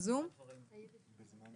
אז בואי תצטרפי אלינו.